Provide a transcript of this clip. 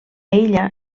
illa